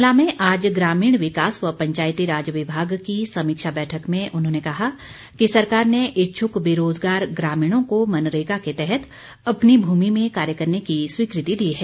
शिमला में आज ग्रामीण विकास व पंचायतीराज विभाग की समीक्षा बैठक में उन्होंने कहा कि सरकार ने इच्छुक बेरोजगार ग्रामीणों को मनरेगा के तहत अपनी भूमि में कार्य करने की स्वीकृति दी है